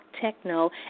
techno